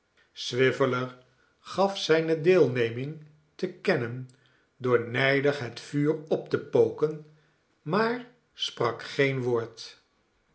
swiveller gaf zijne deelneming te kennen door nijdig het vuur op te poken maar sprak geen woord